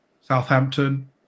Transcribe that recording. Southampton